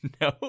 no